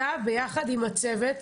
אתה ביחד עם הצוות,